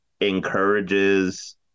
encourages